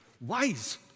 wise